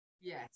Yes